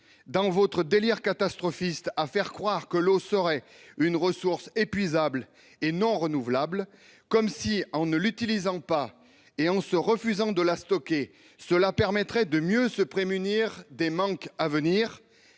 dans votre délire catastrophiste, jusqu'à faire croire que l'eau serait une ressource épuisable et non renouvelable, comme si sa non-utilisation et le refus de la stocker permettraient de mieux se prémunir des manques à venir.